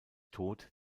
tot